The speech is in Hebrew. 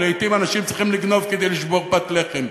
כי לעתים אנשים צריכים לגנוב כדי לשבור פת לחם.